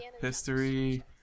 history